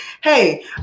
hey